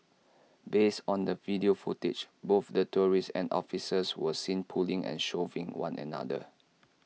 based on the video footage both the tourists and officers were seen pulling and shoving one another